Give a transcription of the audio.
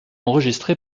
enregistré